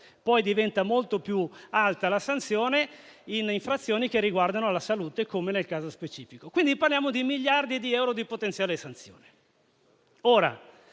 diventa molto più alta per infrazioni che riguardano la salute, come nel caso specifico. Parliamo di miliardi di euro di potenziale sanzione.